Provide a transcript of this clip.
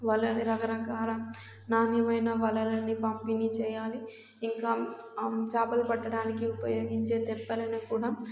వలని రకరకాల నాణ్యమైన వలలనీ పంపిణీ చేయాలి ఇంకా చేపలు పట్టడానికి ఉపయోగించే తెప్పలను కూడా